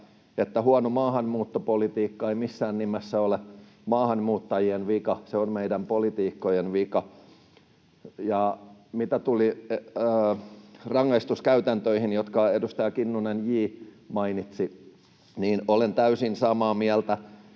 että huono maahanmuuttopolitiikka ei missään nimessä ole maahanmuuttajien vika. Se on meidän poliitikkojen vika. Mitä tulee rangaistuskäytäntöihin, jotka edustaja Kinnunen J. mainitsi, niin olen täysin samaa mieltä.